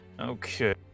Okay